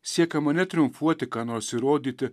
siekiama ne triumfuoti ką nors įrodyti